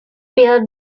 per